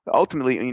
but ultimately,